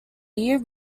year